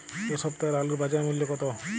এ সপ্তাহের আলুর বাজার মূল্য কত?